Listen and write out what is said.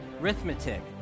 Arithmetic